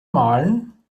malen